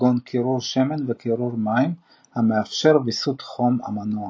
כגון קירור שמן וקירור מים המאפשרות ויסות חום המנוע.